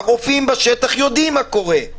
הרופאים בשטח יודעים מה קורה.